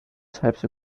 types